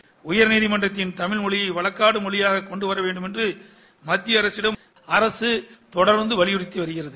அதுமட்டுமல்ல உயர்நீதிமன்றத்தின் தமிழ்மொழியை வழக்காடு மொழியாக கொண்டுவர வேண்டும் என்று மத்திய அரசிடம் அரசு தொடர்ந்து வலியுறத்தி வருகிறது